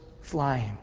flying